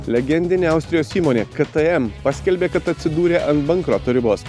legendinė austrijos įmonė ktm paskelbė kad atsidūrė ant bankroto ribos